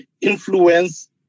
Influence